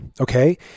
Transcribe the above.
okay